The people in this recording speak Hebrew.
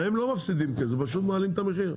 הם לא מפסידים כסף פשוט מעלים את המחירים.